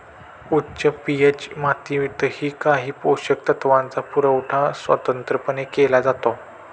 उच्च पी.एच मातीतही काही पोषक तत्वांचा पुरवठा स्वतंत्रपणे केला जातो